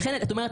לכן את אומרת,